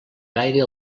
gaire